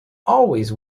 always